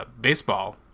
baseball